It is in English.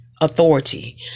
authority